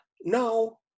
No